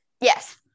Yes